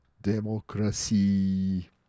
Democracy